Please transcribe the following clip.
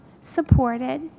supported